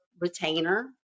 retainer